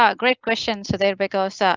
ah great question, so there, because, ah,